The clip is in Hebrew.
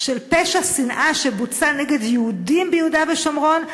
של פשע שנאה שבוצע נגד יהודים ביהודה ושומרון?